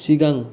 सिगां